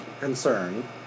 Concern